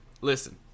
listen